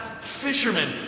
fishermen